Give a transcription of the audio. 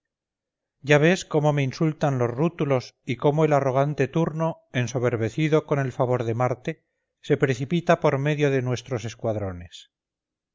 ya ves cómo me insultan los rútulos y cómo el arrogante turno ensoberbecido con el favor de marte se precipita por medio de nuestros escuadrones